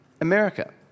America